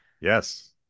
Yes